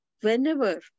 whenever